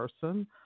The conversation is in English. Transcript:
person